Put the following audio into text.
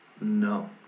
No